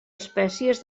espècies